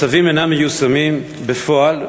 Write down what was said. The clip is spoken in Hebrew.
הצווים אינם מיושמים בפועל,